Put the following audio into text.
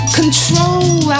control